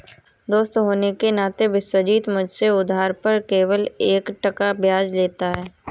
दोस्त होने के नाते विश्वजीत मुझसे उधार पर केवल एक टका ब्याज लेता है